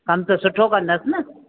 कम त सुठो कंदसि न